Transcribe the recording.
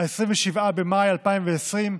27 במאי 2020,